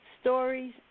stories